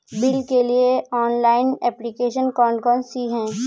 Bill के लिए online application कौन कौन सी हैं?